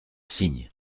signe